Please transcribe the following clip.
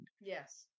yes